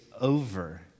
over